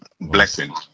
blessing